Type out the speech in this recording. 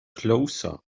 closer